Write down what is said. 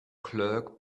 clerk